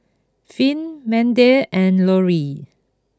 Finn Mandie and Lorrie